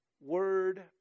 word